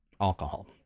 alcohol